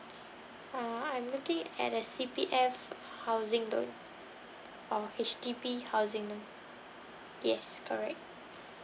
uh I'm looking at the C_P_F housing loan or H_D_B housing yes correct